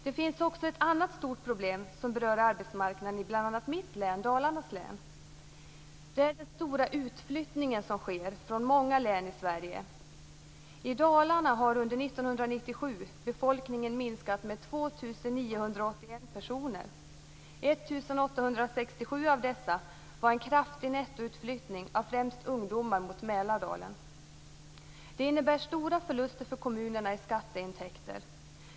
Det finns också ett annat stort problem som berör arbetsmarknaden i bl.a. mitt län, Dalarnas län. Det är den stora utflyttningen som sker från många län i Sverige. I Dalarna har under 1997 befolkningen minskat med 2 981 personer. 1 867 av dessa var en kraftig nettoutflyttning mot Mälardalen av främst ungdomar. Det innebär stora förluster i skatteintäkter för kommunerna.